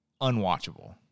unwatchable